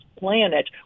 planet